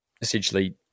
essentially